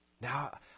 Now